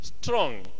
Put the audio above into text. strong